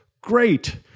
Great